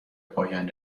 پایان